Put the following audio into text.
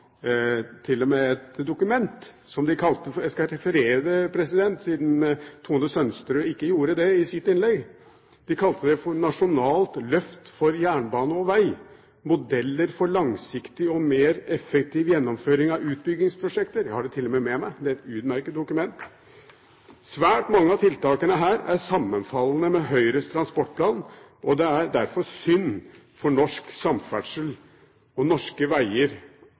med et dokument som de kalte – jeg skal referere det, siden Tone Merete Sønsterud ikke gjorde det i sitt innlegg – «Nasjonalt løft for jernbane og veg. Modeller for langsiktighet og mer effektiv gjennomføring av utbyggingsprosjekter». Jeg har det til og med med meg. Det er et utmerket dokument. Svært mange av tiltakene her er sammenfallende med Høyres transportplan, og det er derfor synd for norsk samferdsel, for norske veger og for norske